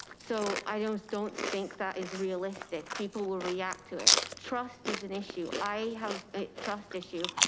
so i don't don't think that is realistic. people will react to it, trust is an issue. i have a trust issue.